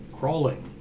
Crawling